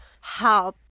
help